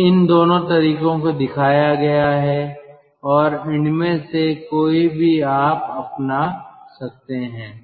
इसलिए मुझे आशा है कि यह आपको दो तरीकों का उपयोग करके हीट एक्सचेंजर के लिए कुछ सरल विश्लेषण की गणना करने या कैसे करने के लिए